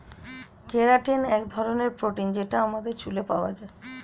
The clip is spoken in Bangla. কেরাটিন এক ধরনের প্রোটিন যেটা আমাদের চুলে পাওয়া যায়